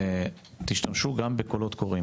תשתמשו גם בקולות קוראים